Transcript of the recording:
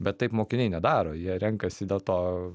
bet taip mokiniai nedaro jie renkasi dėl to